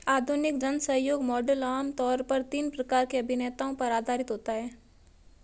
आधुनिक जनसहयोग मॉडल आम तौर पर तीन प्रकार के अभिनेताओं पर आधारित होता है